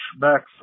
back